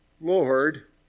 Lord